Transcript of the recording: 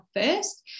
first